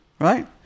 right